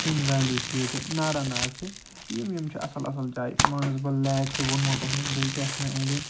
سِنٛد ویلی چھِ ییٚتہِ ناراناگ چھِ یِم یِم چھِ اصٕل اصٕل جایہِ مانَسبَل لیک تہِ ووٚنمُو تۄہہِ مےٚ بیٚیہِ کیٛاہ چھِ مےٚ أنٛدۍ أنٛدۍ